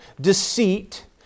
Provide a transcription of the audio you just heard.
deceit